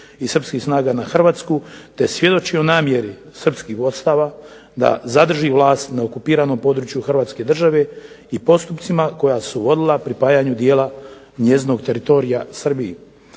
i srpskih snaga na Hrvatsku te svjedoči o namjeri srpskih vodstava da zadrži vlast na okupiranom području Hrvatske države i postupcima koji su vodili pripajanju dijela njezinog teritorija Srbiji.